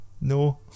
no